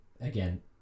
again